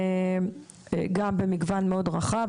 גם במגוון מאוד רחב.